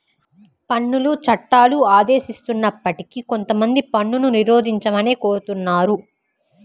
పన్నుల చట్టాలు ఆదేశిస్తున్నప్పటికీ కొంతమంది పన్నును నిరోధించమనే కోరుతున్నారు